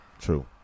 True